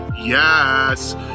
yes